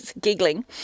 giggling